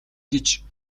гэж